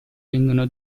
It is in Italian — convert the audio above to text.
vengono